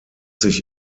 sich